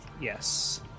Yes